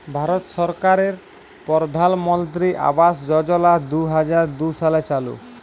ভারত সরকারের পরধালমলত্রি আবাস যজলা দু হাজার দু সালে চালু